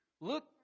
look